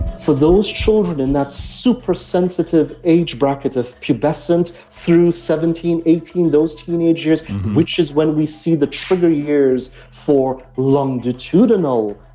for those children, in that super sensitive age brackets of pubescent through seventeen, eighteen those teenage years, which is when we see the trigger years for longitudinal,